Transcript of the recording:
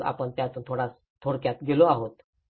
म्हणूनच आपण यातून थोडक्यात गेलो आहोत